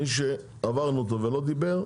מי שעברנו אותו ולא דיבר,